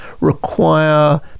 require